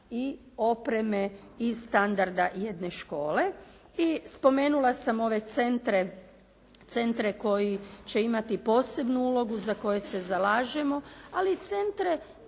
i opreme i standarda jedne škole. I spomenula sam ove centre, centre koji će imati posebnu ulogu, za koje se zalažemo ali i centre